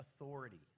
authority